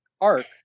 arc